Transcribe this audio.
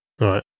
right